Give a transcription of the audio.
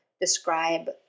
describe